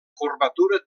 curvatura